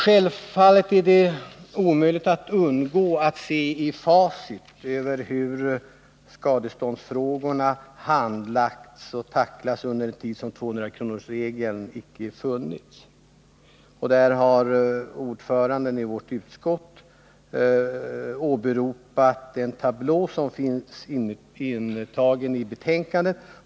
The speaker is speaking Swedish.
Självfallet är det oundvikligt att se i facit över hur skadeståndsfrågorna har tacklats under tiden efter det att 200-kronorsregeln avskaffades. Utskottets ordförande har åberopat en tablå som är intagen i utskottets betänkande.